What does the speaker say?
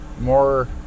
more